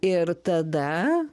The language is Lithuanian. ir tada